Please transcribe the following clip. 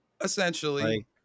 Essentially